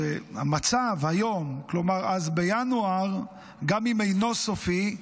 ושהמצב היום, כלומר אז, בינואר, גם אם אינו סופי,